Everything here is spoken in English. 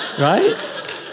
Right